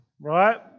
right